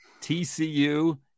TCU